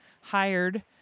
hired